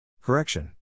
Correction